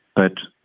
but,